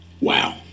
Wow